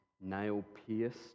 nail-pierced